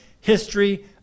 history